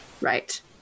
Right